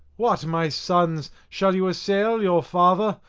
what, my sons, shall you assail your father,